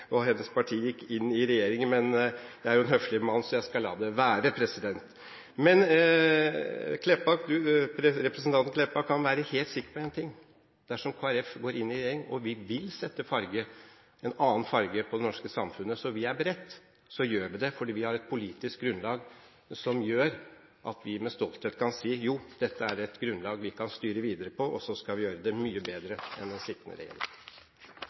inn i regjering, men jeg er jo en høflig mann, så jeg skal la det være. Men representanten Meltveit Kleppa kan være helt sikker på én ting – dersom Kristelig Folkeparti går inn i regjering, vil vi sette en annen farge på det norske samfunnet. Vi er beredt til å gjøre det, for vi har et politisk grunnlag som gjør at vi med stolthet kan si: Jo, dette er et grunnlag som vi kan styre videre på, og så skal vi gjøre det mye bedre enn den sittende